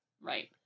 Right